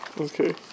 Okay